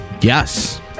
Yes